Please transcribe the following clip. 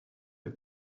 est